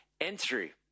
entry